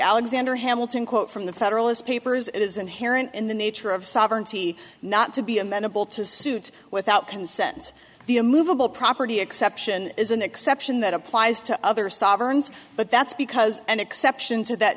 alexander hamilton quote from the federalist papers it is inherent in the nature of sovereignty not to be amenable to suit without consent the a movable property exception is an exception that applies to other sovereigns but that's because an exception to that